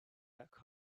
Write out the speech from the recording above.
back